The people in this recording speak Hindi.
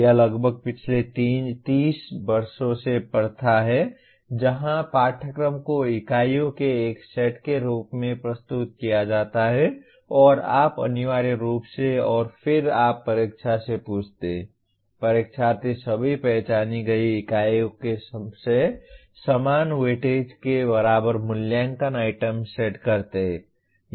यह लगभग पिछले 30 वर्षों से प्रथा है जहां पाठ्यक्रम को इकाइयों के एक सेट के रूप में प्रस्तुत किया जाता है और आप अनिवार्य रूप से और फिर आप परीक्षा से पूछते हैं परीक्षार्थी सभी पहचानी गई इकाइयों से समान वेटेज के बराबर मूल्यांकन आइटम सेट करते हैं